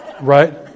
Right